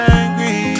angry